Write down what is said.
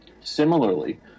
Similarly